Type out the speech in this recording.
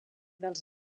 dels